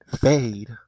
fade